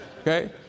okay